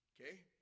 Okay